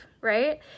Right